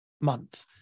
month